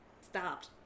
stopped